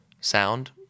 sound